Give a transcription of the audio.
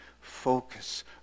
focus